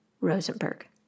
Rosenberg